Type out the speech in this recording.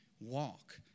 walk